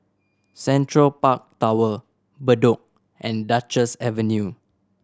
Central Park Tower Bedok and Duchess Avenue